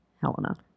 Helena